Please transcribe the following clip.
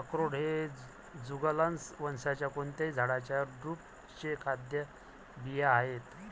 अक्रोड हे जुगलन्स वंशाच्या कोणत्याही झाडाच्या ड्रुपचे खाद्य बिया आहेत